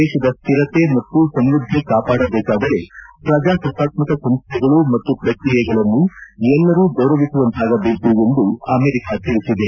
ದೇಶದ ಸ್ಥಿರತೆ ಮತ್ತು ಸಮೃದ್ಧಿ ಕಾಪಾಡಬೇಕಾದರೆ ಪ್ರಜಾಸತ್ತಾತ್ಕಕ ಸಂಸ್ಥೆಗಳು ಮತ್ತು ಪ್ರಕ್ರಿಯೆಗಳನ್ನು ಎಲ್ಲರೂ ಗೌರವಿಸುವಂತಾಗಬೇಕು ಎಂದು ಅಮೆರಿಕ ತಿಳಿಸಿದೆ